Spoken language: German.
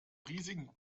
riesigen